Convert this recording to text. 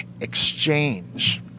Exchange